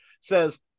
says